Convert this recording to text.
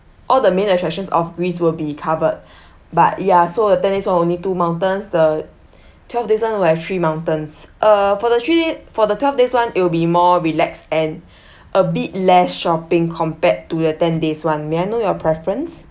all the main attractions of greece will be covered but ya so the ten days one only two mountains the twelve days one will have three mountains uh for the three day for the twelve days one it will be more relaxed and a bit less shopping compared to the ten days one may I know your preference